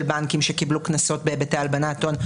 בנקים שקיבלו קנסות בהיבטי הלבנת הון,